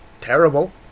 terrible